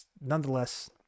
nonetheless